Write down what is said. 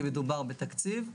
כי מדובר בתקציב,